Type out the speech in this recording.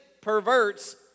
perverts